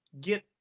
get